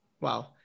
Wow